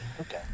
Okay